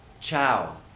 ciao